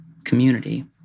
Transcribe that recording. community